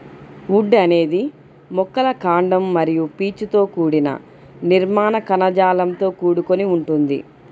would అనేది మొక్కల కాండం మరియు పీచుతో కూడిన నిర్మాణ కణజాలంతో కూడుకొని ఉంటుంది